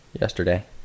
yesterday